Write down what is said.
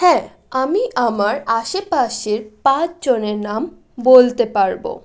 হ্যাঁ আমি আমার আশেপাশের পাঁচজনের নাম বলতে পারব